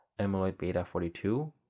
amyloid-beta-42